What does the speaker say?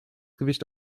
gewicht